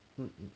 um um